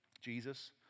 Jesus